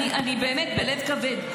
אני באמת בלב כבד,